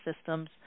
systems